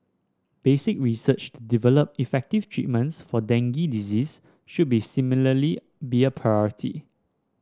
basic research to develop effective treatments for dengue disease should be similarly be a priority